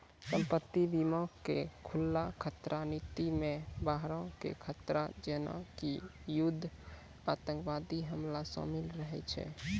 संपत्ति बीमा के खुल्ला खतरा नीति मे बाहरो के खतरा जेना कि युद्ध आतंकबादी हमला शामिल रहै छै